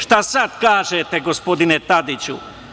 Šta sad kažete gospodine Tadiću?